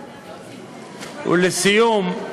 ולסיום,